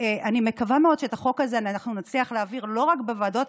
אני מקווה מאוד שאת החוק הזה אנחנו נצליח להעביר לא רק בוועדות,